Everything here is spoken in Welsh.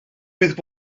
digwydd